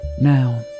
Now